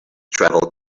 travel